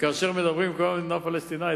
וכאשר כולם מדברים על מדינה פלסטינית,